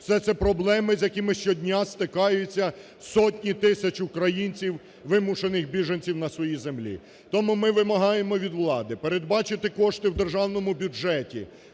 все це проблеми, з якими щодня стикаються сотні тисяч українців, вимушених біженців на своїй землі. Тому ми вимагаємо від влади передбачити кошти в державному бюджеті.